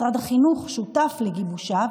משרד החינוך שותף לגיבושה,